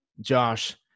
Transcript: Josh